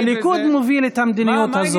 הליכוד הוביל את המדיניות הזאת.